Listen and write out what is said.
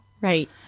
Right